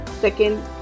Second